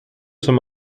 zum